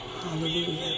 Hallelujah